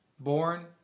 born